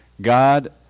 God